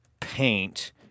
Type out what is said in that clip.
paint